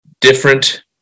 different